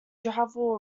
travel